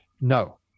no